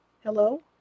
Hello